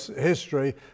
history